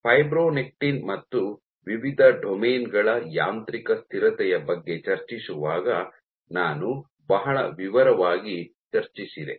fibronectin ಮತ್ತು ವಿವಿಧ domain ಗಳ ಯಾಂತ್ರಿಕ ಸ್ಥಿರತೆಯ ಬಗ್ಗೆ ಚರ್ಚಿಸುವಾಗ ನಾನು ಬಹಳ ವಿವರವಾಗಿ ಚರ್ಚಿಸಿದೆ